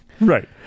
Right